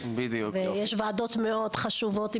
ויש ועדות מאוד חשובות.